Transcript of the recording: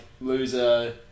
loser